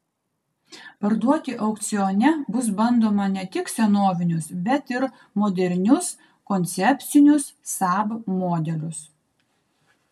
parduoti aukcione bus bandoma ne tik senovinius bet ir modernius koncepcinius saab modelius